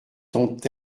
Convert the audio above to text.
sont